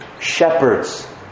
shepherds